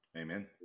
Amen